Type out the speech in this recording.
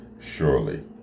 surely